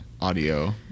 audio